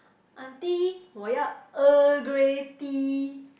auntie 我要 Earl Grey tea